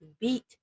beat